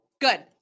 good